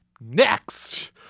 Next